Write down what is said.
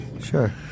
Sure